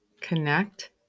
connect